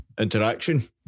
interaction